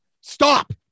stop